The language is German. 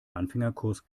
anfängerkurs